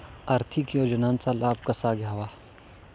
आर्थिक योजनांचा लाभ कसा घ्यावा?